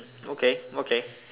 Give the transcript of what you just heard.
okay okay